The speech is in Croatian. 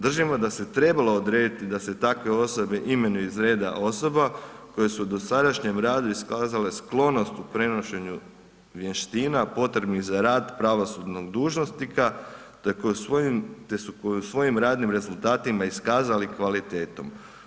Držimo da se trebalo odrediti da se takve osobe imenuju iz reda osoba koje su u dosadašnjem radu iskazale sklonost u prenošenju vještina potrebnih za rad pravosudnog dužnosnika za te su koji svojim radnim rezultatima iskazali kvalitetom.